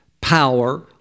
power